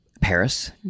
Paris